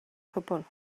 cwbl